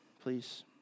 Please